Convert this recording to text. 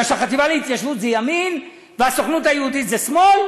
כי החטיבה להתיישבות זה ימין והסוכנות היהודית זה שמאל?